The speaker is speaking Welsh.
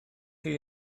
chi